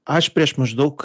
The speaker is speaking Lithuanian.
aš prieš maždaug